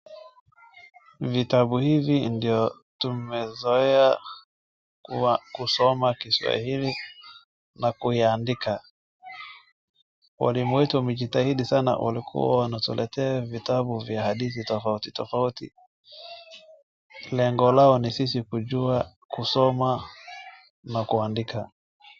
Vitabu hivi ndio tumezoea kusoma kiswahili na kuiandika. Walimu wetu wamejitahidi sana, walikua wanatuletea vitabu vya hadithi tofauti tofauti. Lengo lao ni sisi kujua kusoma na kuandika.